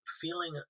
feeling